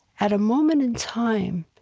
at a moment in time,